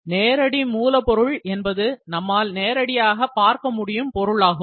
நேரடி மூலப்பொருள் என்பது நம்மால் நேரடியாக பார்க்க முடியும் பொருளாகும்